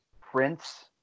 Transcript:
Prince